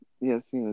Yes